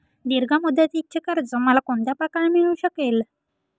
दीर्घ मुदतीचे कर्ज मला कोणत्या प्रकारे मिळू शकेल?